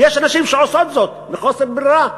ויש נשים שעושות זאת מחוסר ברירה.